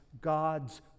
God's